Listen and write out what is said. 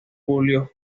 julio